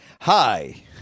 Hi